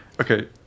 Okay